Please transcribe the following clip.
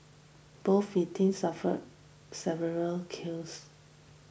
both victims suffered several kills